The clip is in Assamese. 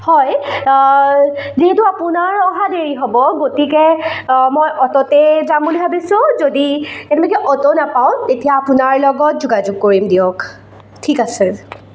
হয় যিহেতু আপোনাৰ অহা দেৰি হ'ব গতিকে মই অ'টতেই যাম বুলি ভাবিছোঁ যদি কেনেবাকৈ অ'ট নাপাওঁ তেতিয়া আপোনাৰ লগত যোগাযোগ কৰিম দিয়ক ঠিক আছে